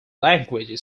language